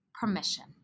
permission